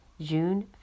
June